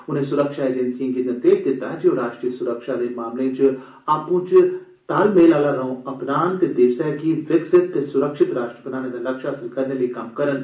उनें सुरक्षा एजेंसिएं गी निर्देश दित्ता जे ओ राश्ट्रीय सुरक्षा दे मामलें च आपूं च तालमेल आला रौंह् अपनान ते देसै गी विकापित ते सुरक्षत राश्ट्र बनाने दा लक्ष्य हासल करने लेई कम्म करन